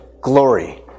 glory